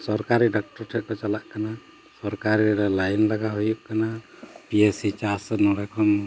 ᱥᱚᱨᱠᱟᱨᱤ ᱰᱟᱠᱴᱚᱨ ᱴᱷᱮᱱ ᱠᱚ ᱪᱟᱞᱟᱜ ᱠᱟᱱᱟ ᱥᱚᱨᱠᱟᱨᱤ ᱨᱮ ᱞᱟᱭᱤᱱ ᱞᱟᱜᱟᱣ ᱦᱩᱭᱩᱜ ᱠᱟᱱᱟ ᱯᱤ ᱮᱥ ᱥᱤ ᱪᱟᱥ ᱱᱚᱸᱰᱮ ᱠᱷᱚᱱ